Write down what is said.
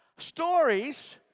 Stories